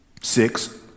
Six